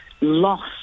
loss